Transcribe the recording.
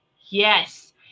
Yes